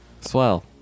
Swell